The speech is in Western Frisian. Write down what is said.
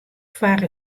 foar